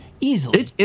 Easily